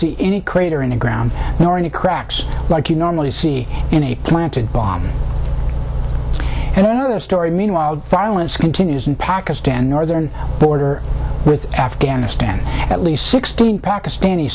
see any crater in the ground nor any cracks like you normally see in a planted bomb and another story meanwhile violence continues in pakistan northern border with afghanistan at least sixteen pakistani